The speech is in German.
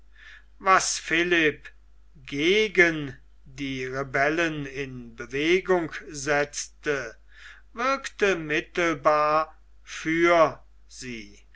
was philipp gegen die rebellen in bewegung setzte wirkte mittelbar für sie